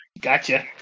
Gotcha